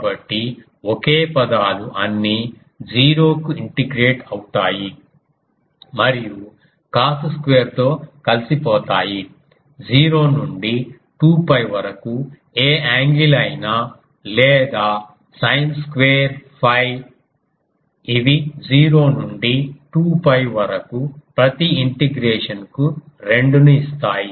కాబట్టి ఒకే పదాలు అన్నీ 0 కు ఇంటిగ్రేట్ అవుతాయి మరియు కాస్ స్క్వేర్తో కలిసిపోతాయి 0 నుండి 2 𝛑 వరకు ఏ యాంగిల్ అయినా లేదా sin స్క్వేర్ 𝛟 అవి 0 నుండి 2 𝛑 వరకు ప్రతి ఇంటిగ్రేషన్ కు 2 ను ఇస్తాయి